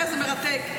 איזה מרתק.